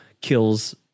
kills